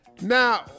Now